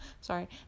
Sorry